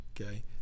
okay